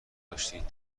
داشتید